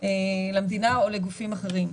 למדינה או לגופים אחרים.